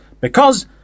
because